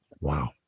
Wow